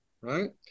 right